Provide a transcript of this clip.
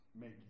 make